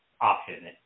option